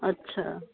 अच्छा